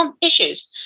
issues